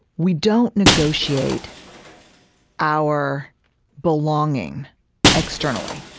we don't negotiate our belonging externally.